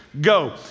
go